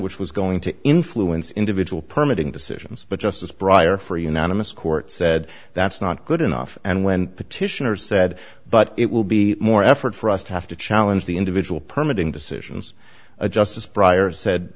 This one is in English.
which was going to influence individual permit and decisions but justice briar for a unanimous court said that's not good enough and when petitioners said but it will be more effort for us to have to challenge the individual permit in decisions of justice briar's said